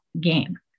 game